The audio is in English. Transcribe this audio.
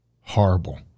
horrible